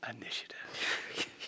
initiative